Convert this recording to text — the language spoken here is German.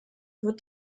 wird